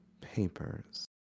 papers